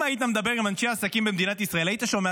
אם היית מדבר עם אנשי עסקים במדינת ישראל היית שומע